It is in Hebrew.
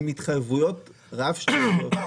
הן התחייבויות רב שנתיות,